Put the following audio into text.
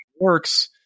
works